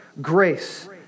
grace